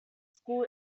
school